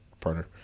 partner